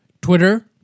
Twitter